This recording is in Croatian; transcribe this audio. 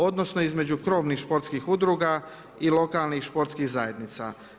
Odnosno između krovnih športskih udruga i lokalnih športskih zajednica.